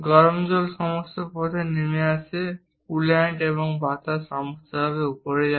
গরম জল সমস্ত পথে নেমে আসে এবং কুল্যান্ট বা বাতাস সমস্তভাবে উপরে চলে যায়